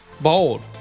Bold